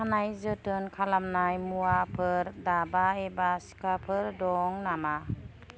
खानाय जोथोन खालामनाय मुवाफोर दाबा एबा सिखाफोर दं नामा